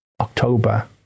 October